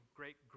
great